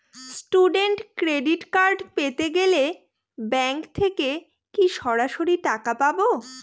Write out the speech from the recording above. Student credit card পেতে গেলে bank থেকে কি সরাসরি টাকা পাবো?